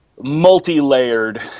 multi-layered